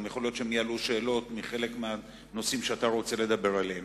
יכול להיות שהם יעלו שאלות על חלק מהנושאים שאתה רוצה לדבר עליהם.